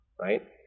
right